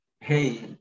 Hey